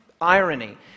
irony